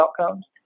outcomes